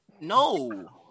No